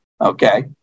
Okay